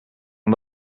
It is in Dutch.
aan